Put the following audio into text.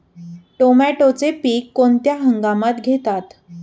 टोमॅटोचे पीक कोणत्या हंगामात घेतात?